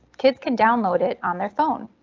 kids can download it on their phone.